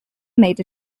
made